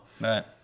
Right